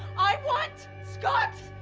i want scott.